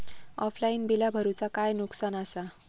Offline बिला भरूचा काय नुकसान आसा?